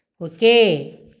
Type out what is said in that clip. Okay